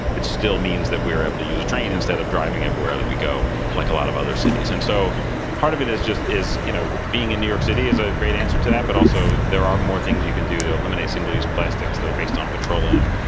it still means that we are able to use a train instead of driving everywhere that we go like a lot of other cities. and so part of it is just you know being in new york city is a great answer to that, but also there are more things you can do to eliminate single use plastics that are based on petroleum.